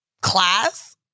class